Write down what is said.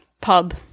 pub